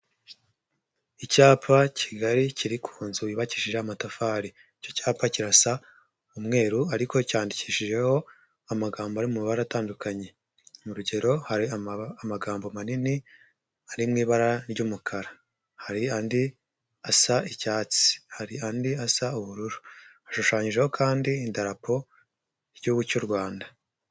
Icyapa kigali kiri ku nzu yubakishije amatafari, icyo cyapa kirasa umweru ariko cyandikishijeho amagambo ari mu mabara atandukanye, mu rugero hari amagambo manini ari mu ibara ry'umukara, hari andi asa icyatsi ,hari andi asa ubururu, ashushanyijeho kandi idarapo ry'igihugu cy'u Rwanda.